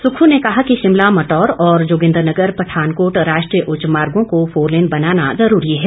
सुक्खू ने कहा कि शिमला मटोर और जोगिन्दरनगर पठानकोट राष्ट्रीय उच्च मार्गों को फोरलेन बनाना जरूरी है